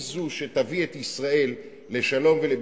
היא זו שתביא את ישראל לשלום ולביטחון.